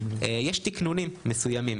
יש תקנונים מסוימים.